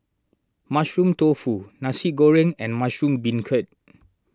Mushroom Tofu Nasi Goreng and Mushroom Beancurd